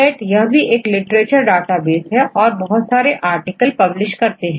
PUBMED यह भी एक लिटरेचर डाटाबेस है तथा बहुत सारे आर्टिकल पब्लिश करते हैं